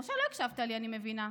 משה, לא הקשבת לי, אני מבינה.